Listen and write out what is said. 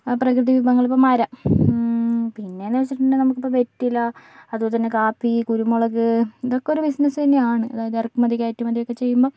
പ്രകൃതി വിഭവങ്ങൾ ഇപ്പം മരം പിന്നേന്ന് വച്ചിട്ടുണ്ടെങ്കിൽ നമുക്കിപ്പോൾ വെറ്റില അതുപോലെ തന്നെ കാപ്പി കുരുമുളക് ഇതൊക്കെ ഒരു ബിസിനസ് തന്നെയാണ് അതായത് ഇറക്കുമതി കയറ്റുമതിയൊക്കെ ചെയ്യുമ്പോൾ